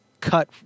cut